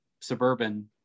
suburban